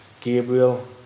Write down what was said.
Gabriel